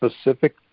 specific